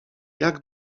jak